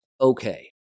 Okay